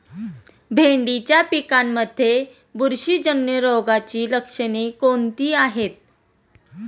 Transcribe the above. भेंडीच्या पिकांमध्ये बुरशीजन्य रोगाची लक्षणे कोणती आहेत?